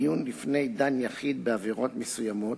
(דיון לפני דן יחיד בעבירות מסוימות),